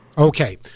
Okay